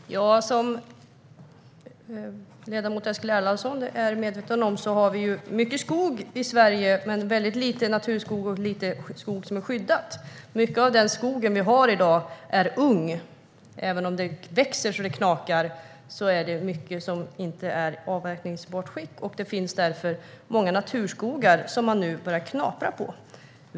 Fru talman! Som ledamot Eskil Erlandsson är medveten om har vi mycket skog i Sverige, men väldigt lite naturskog och lite skyddad skog. Mycket av den skog vi har i dag är ung. Även om den växer så det knakar är det mycket som inte är i avverkningsbart skick. Det finns därför många naturskogar som man nu börjar knapra på.